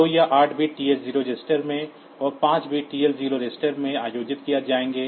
तो यह 8 bit TH0 register में और 5 बिट TL0 रजिस्टर में आयोजित किए जाएंगे